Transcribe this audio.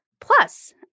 Plus